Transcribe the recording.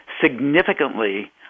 significantly